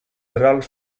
ralph